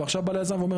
ועכשיו בא ליזם ואומר,